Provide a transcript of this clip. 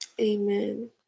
Amen